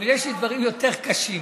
אבל יש לי דברים יותר קשים